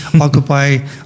occupy